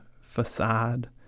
facade